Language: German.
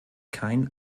kein